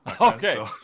Okay